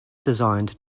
designed